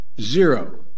Zero